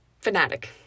fanatic